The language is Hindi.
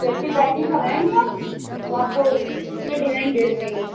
जैसी पैकिंग कराएँगे आप हम आपको फ़ोन में डिज़ाइन भेज देंगे